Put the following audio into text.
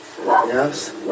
Yes